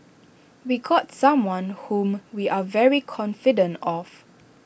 we got someone whom we are very confident of